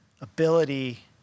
ability